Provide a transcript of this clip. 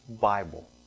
Bible